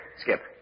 Skip